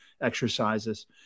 exercises